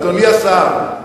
אדוני השר,